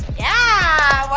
yeah.